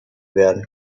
werden